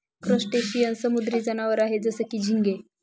crustacean समुद्री जनावर आहे जसं की, झिंगे